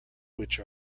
which